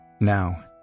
Now